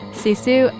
sisu